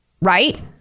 right